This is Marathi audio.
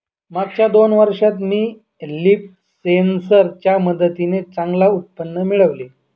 मागच्या दोन वर्षात मी लीफ सेन्सर च्या मदतीने चांगलं उत्पन्न मिळवलं